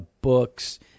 books